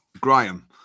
Graham